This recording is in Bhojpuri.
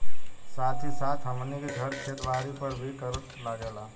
साथ ही साथ हमनी के घर, खेत बारी पर भी कर लागेला